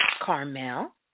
Carmel